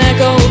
Echo